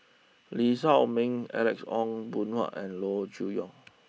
Lee Shao Meng Alex Ong Boon Hau and Loo Choon Yong